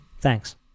Thanks